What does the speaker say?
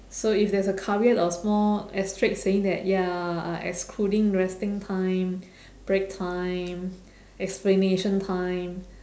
so if there is a caveat or small asterisk saying that ya uh excluding resting time break time explanation time